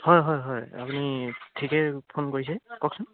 হয় হয় হয় আপুনি ঠিকে ফোন কৰিছে কওকচোন